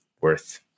worth